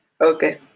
Okay